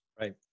Right